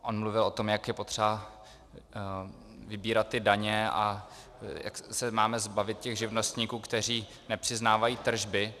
On mluvil o tom, jak je potřeba vybírat ty daně a jak se máme zbavit těch živnostníků, kteří nepřiznávají tržby.